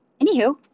anywho